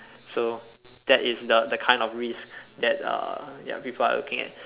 so that is the that kind of risk that uh ya people are looking at